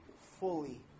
fully